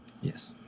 Yes